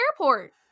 Airport